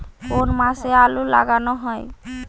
কোন মাসে আলু লাগানো হয়?